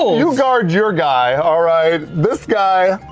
you guard your guy, all right, this guy,